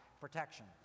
protection